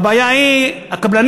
הבעיה היא הקבלנים.